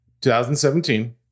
2017